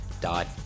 dot